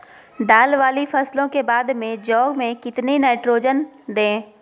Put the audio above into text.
दाल वाली फसलों के बाद में जौ में कितनी नाइट्रोजन दें?